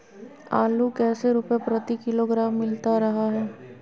आलू कैसे रुपए प्रति किलोग्राम मिलता रहा है?